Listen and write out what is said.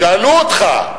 שאלו אותך.